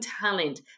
talent